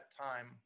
time